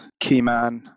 Keyman